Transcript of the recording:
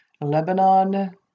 Lebanon